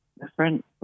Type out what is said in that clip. different